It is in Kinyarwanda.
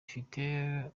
ifite